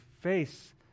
face